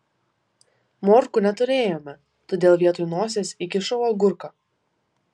morkų neturėjome todėl vietoj nosies įkišau agurką